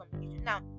Now